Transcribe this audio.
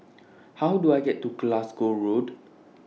How Do I get to Glasgow Road